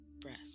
breath